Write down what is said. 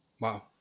Wow